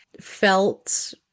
felt